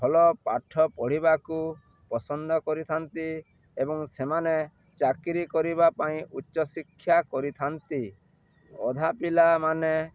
ଭଲ ପାଠ ପଢ଼ିବାକୁ ପସନ୍ଦ କରିଥାନ୍ତି ଏବଂ ସେମାନେ ଚାକିରି କରିବା ପାଇଁ ଉଚ୍ଚ ଶିକ୍ଷା କରିଥାନ୍ତି ଅଧା ପିଲାମାନେ